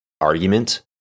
argument